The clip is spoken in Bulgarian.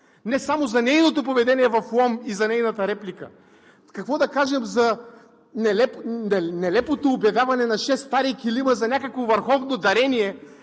не само за нейното поведение в Лом и за нейната реплика. Какво да кажем за нелепото обявяване на шест стари килима за някакво върховно дарение